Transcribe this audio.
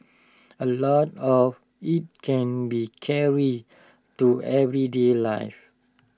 A lot of IT can be carried to everyday life